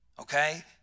Okay